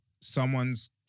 someone's